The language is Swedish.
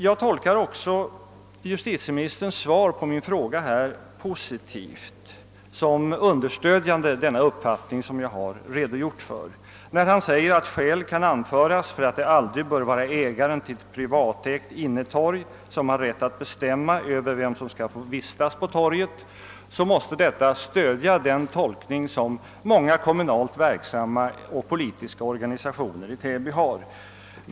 Jag tolkar också justitieministerns svar på min fråga positivt, understödjande den uppfattning jag redogjort för. När han säger, att skäl kan anföras för att det aldrig bör vara ägaren till ett privatägt innetorg som har rätt att bestämma över vem som skall få vistas på torget, måste detta stödja den tolkning som många kommunalt verksamma och politiska organisationer i Täby gör.